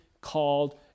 called